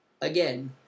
again